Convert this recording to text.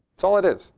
that's all it is.